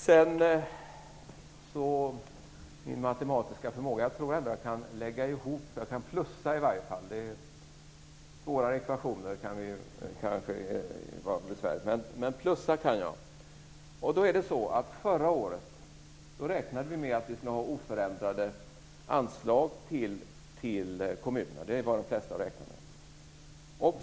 Vad gäller min matematiska förmåga tror jag att jag i varje fall kan plussa. Svårare ekvationer kan kanske vara besvärliga, men plussa kan jag. Förra året räknade vi med att anslagen till kommunerna skulle vara oförändrade. Det är vad de flesta räknade med.